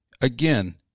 again –